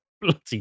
Bloody